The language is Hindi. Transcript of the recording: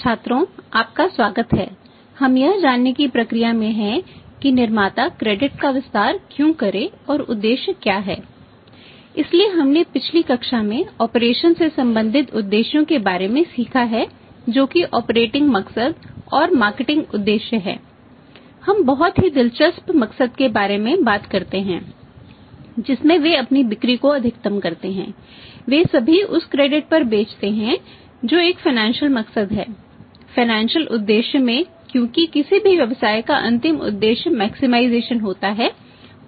छात्रों आपका स्वागत हैं हम यह जानने की प्रक्रिया में हैं कि निर्माता क्रेडिट होता है